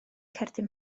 cerdyn